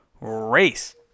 Race